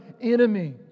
enemy